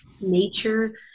nature